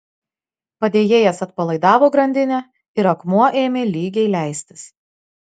padėjėjas atpalaidavo grandinę ir akmuo ėmė lygiai leistis